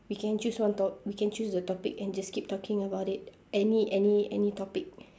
we can choose one top~ we can choose the topic and just keep talking about it any any any topic